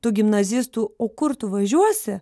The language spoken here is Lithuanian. tų gimnazistų o kur tu važiuosi